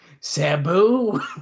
Sabu